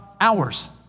hours